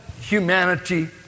humanity